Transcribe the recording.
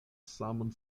saman